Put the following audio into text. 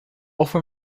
often